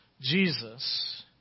Jesus